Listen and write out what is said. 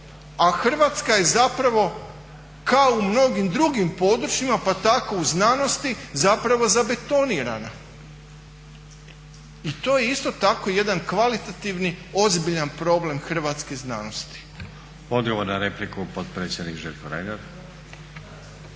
A Hrvatska je kao u mnogim drugim područjima pa tako i u znanosti zapravo zabetonirana. I to je isto tako jedan kvalitativni ozbiljan problem hrvatske znanosti. **Stazić, Nenad (SDP)** Odgovor na